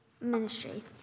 ministry